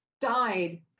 died